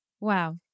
Wow